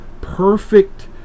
perfect